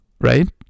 right